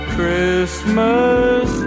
Christmas